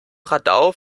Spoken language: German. radau